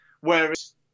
whereas